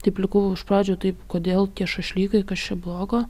taip likau iš pradžių taip kodėl tie šašlykai kas čia blogo